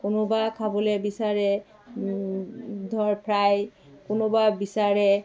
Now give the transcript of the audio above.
কোনোবা খাবলৈ বিচাৰে ধৰ ফ্ৰাই কোনোবা বিচাৰে